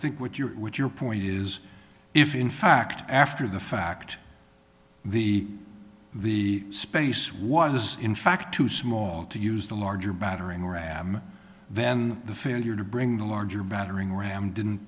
think what you would your point is if in fact after the fact the the space was in fact too small to use the larger battering ram then the failure to bring the larger battering ram didn't